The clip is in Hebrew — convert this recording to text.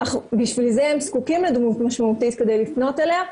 בשביל זה הם זקוקים לדמות משמעותית כדי לפנות אליה.